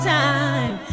time